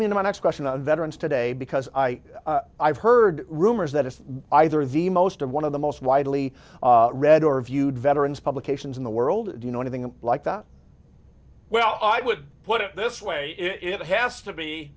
to my next question on veterans today because i've heard rumors that it's either the most of one of the most widely read or viewed veterans publications in the world you know anything like that well i would put it this way it has to be